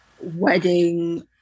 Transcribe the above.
wedding